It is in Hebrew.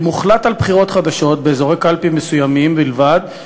אם הוחלט על בחירות חדשות באזורי קלפי מסוימים בלבד,